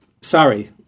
Sorry